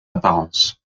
apparence